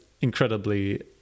incredibly